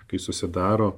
kai susidaro